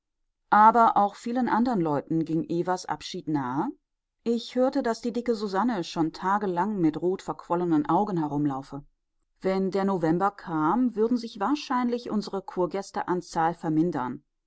aber auch vielen anderen leuten ging evas abschied nahe ich hörte daß die dicke susanne schon tagelang mit rot verquollenen augen herumlaufe wenn der november kam würden sich wahrscheinlich unsere kurgäste an zahl vermindern